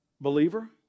believer